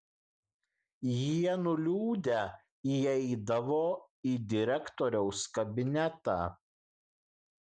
jie nuliūdę įeidavo į direktoriaus kabinetą